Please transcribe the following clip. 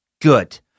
good